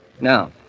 Now